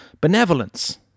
benevolence